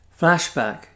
Flashback